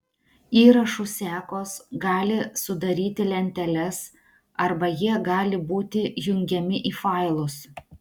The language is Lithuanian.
įrašų sekos gali sudaryti lenteles arba jie gali būti jungiami į failus